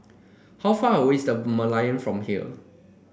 how far away is The Merlion from here